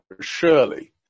surely